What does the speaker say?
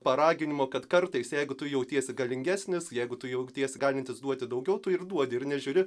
paraginimo kad kartais jeigu tu jautiesi galingesnis jeigu tu jautiesi galintis duoti daugiau tu ir duodi ir nežiūri